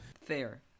fair